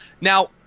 Now